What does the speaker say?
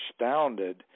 astounded